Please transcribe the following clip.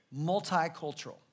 multicultural